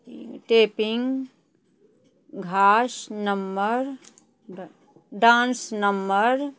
tapping घास number dance number